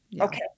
okay